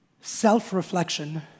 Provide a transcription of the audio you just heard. self-reflection